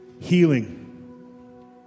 Healing